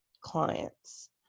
clients